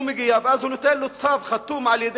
הוא מגיע, ואז הוא נותן לו צו חתום על-ידי